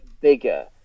bigger